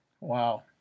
wow